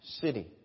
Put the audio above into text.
city